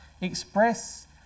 Express